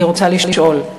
אני רוצה לשאול: